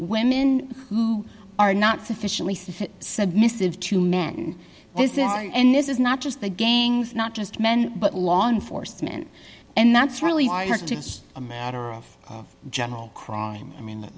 women who are not sufficiently submissive to men and this is not just the game not just men but law enforcement and that's really just a matter of general crime i mean